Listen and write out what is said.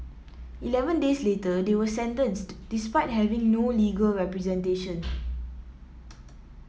eleven days later they were sentenced despite having no legal representation